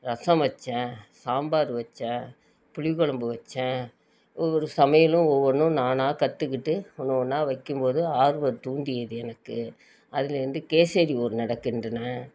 ரசம் வைச்சேன் சாம்பார் வைச்சேன் புளி குழம்பு வைச்சேன் ஒவ்வொரு சமையலும் ஒவ்வொன்றும் நானாக கற்றுக்கிட்டு ஒன்று ஒன்றா வைக்கும்போது ஆர்வம் தூண்டியது எனக்கு அதுலேருந்து கேசரி ஒரு நடை கிண்டினேன்